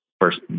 first